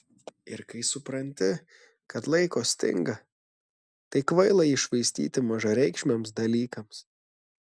ir kai supranti kad laiko stinga tai kvaila jį švaistyti mažareikšmiams dalykams